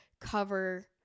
cover